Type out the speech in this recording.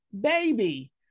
baby